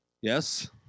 yes